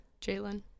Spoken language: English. Jalen